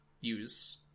use